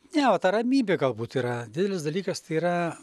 ne va ta ramybė galbūt yra didelis dalykas tai yra